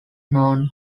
known